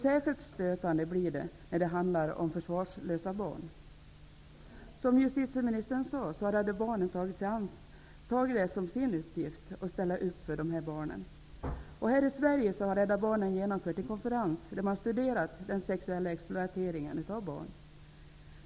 Särskilt stötande blir det när det handlar om försvarslösa barn. Som justititieministern sade har Rädda Barnen tagit som sin uppgift att ställa upp för dessa barn. Här i Sverige har Rädda Barnen genomfört en konferens där man studerat den sexuella exploateringen av barn.